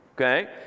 Okay